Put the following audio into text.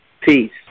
Peace